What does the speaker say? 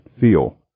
feel